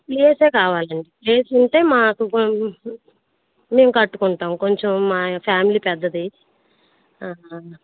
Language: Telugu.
ప్లేసే కావాలండి ప్లేస్ ఉంటే మాకు మేము కట్టుకుంటాం కొంచెం మా ఫ్యామిలీ పెద్దది